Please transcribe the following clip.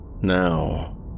Now